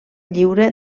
lliure